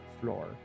floor